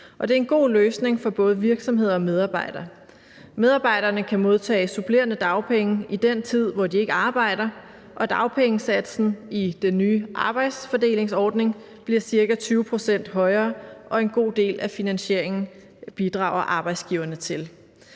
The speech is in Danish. det er en god løsning for både virksomheder og medarbejdere. Medarbejderne kan modtage supplerende dagpenge i den tid, hvor de ikke arbejder, og dagpengesatsen i den nye arbejdsfordelingsordning bliver ca. 20 pct. højere, og en god del af finansieringen bidrager arbejdsgiverne til.